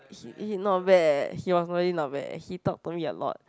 he he not bad eh he was really not bad he talk to me a lot